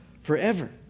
forever